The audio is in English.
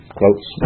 quotes